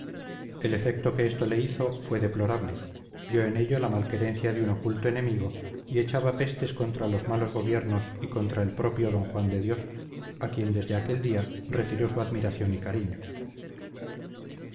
el efecto que esto le hizo fue deplorable vio en ello la malquerencia de un oculto enemigo y echaba pestes contra los malos gobiernos y contra el propio d juan de dios a quien desde aquel día retiró su admiración y cariño